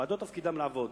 הוועדות תפקידן לעבוד.